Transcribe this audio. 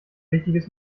wichtiges